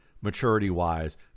maturity-wise